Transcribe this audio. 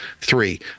Three